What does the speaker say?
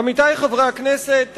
עמיתי חברי הכנסת,